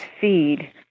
feed